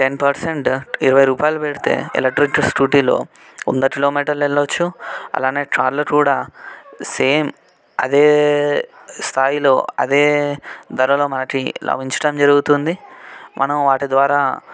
ten percent ఇరవై రూపాయలు పెడితే ఎలక్ట్రిక్ స్కూటీలో వంద కిలోమీటర్లు వెళ్ళవచ్చు అలాగే కార్లు కూడా సేమ్ అదే స్థాయిలో అదే ధరలో మనకి లభించడం జరుగుతుంది మనం వాటి ద్వారా